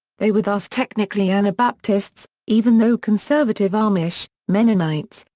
they were thus technically anabaptists, even though conservative amish, mennonites,